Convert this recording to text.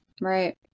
Right